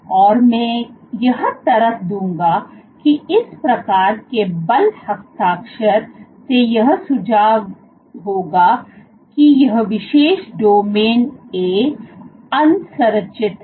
और मैं यह तरक दूंगा की इस प्रकार के बल हस्ताक्षर से यह सुझाव होगा कि यह विशेष डोमेन A असंरक्षित है